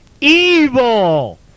evil